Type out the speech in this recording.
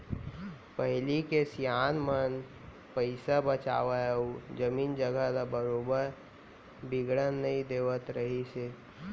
पहिली के सियान मन पइसा बचावय अउ जमीन जघा ल बरोबर बिगड़न नई देवत रहिस हे